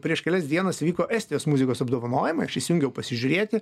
prieš kelias dienas vyko estijos muzikos apdovanojimai aš įsijungiau pasižiūrėti